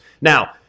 Now